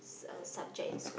s~ uh subject in school